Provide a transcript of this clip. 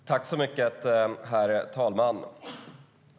STYLEREF Kantrubrik \* MERGEFORMAT Svar på interpellationerHerr talman!